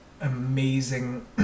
amazing